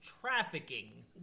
trafficking